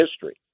history